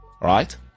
right